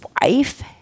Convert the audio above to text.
wife